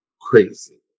Crazy